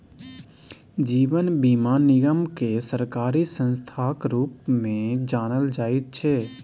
जीवन बीमा निगमकेँ सरकारी संस्थाक रूपमे जानल जाइत छै